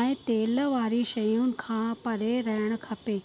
ऐं तेल वारी शयूं खां परे रहणु खपे